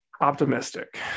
optimistic